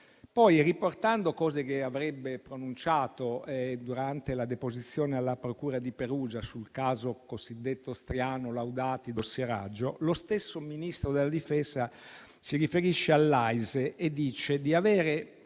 Poi, riportando cose che avrebbe pronunciato durante la deposizione alla procura di Perugia sul caso cosiddetto Striano-Laudati e sulle attività di dossieraggio, lo stesso Ministro della difesa si riferisce all'AISE (Agenzia